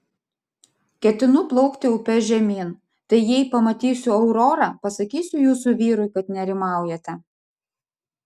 ketinu plaukti upe žemyn tai jei pamatysiu aurorą pasakysiu jūsų vyrui kad nerimaujate